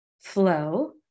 flow